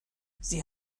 sie